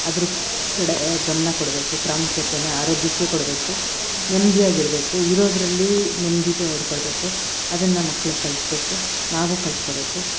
ಅದರ ಕಡೆ ಗಮನ ಕೊಡಬೇಕು ಪ್ರಾಮುಖ್ಯತೇನ ಆರೋಗ್ಯಕ್ಕೇ ಕೊಡಬೇಕು ನೆಮ್ಮದಿಯಾಗಿ ಇರಬೇಕು ಇರೋದ್ರಲ್ಲಿ ನೆಮ್ಮದಿ ಪಡ್ಕೊಳ್ಬೇಕು ಅದನ್ನು ಮಕ್ಳಿಗೆ ಕಲಿಸ್ಬೇಕು ನಾವೂ ಕಲಿತ್ಕೋಬೇಕು